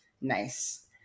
Nice